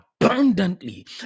abundantly